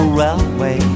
railway